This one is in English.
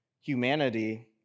humanity